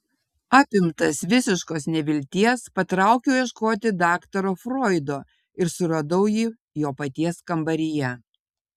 apimtas visiškos nevilties patraukiau ieškoti daktaro froido ir suradau jį jo paties kambaryje